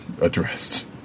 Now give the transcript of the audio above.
addressed